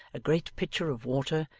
a great pitcher of water,